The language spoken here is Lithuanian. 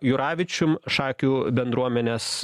juravičium šakių bendruomenės